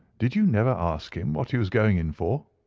did you never ask him what he was going in for?